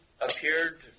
appeared